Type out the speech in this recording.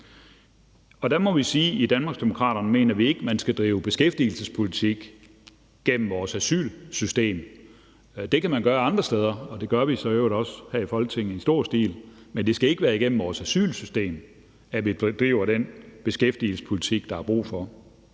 I Danmarksdemokraterne mener vi ikke, at man skal drive beskæftigelsespolitik gennem vores asylsystem. Det kan man gøre andre steder. Det gør vi så i øvrigt også her i Folketinget i stor stil, men det skal ikke være igennem vores asylsystem, at vi bedriver den beskæftigelsespolitik, der er brug for.